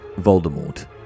Voldemort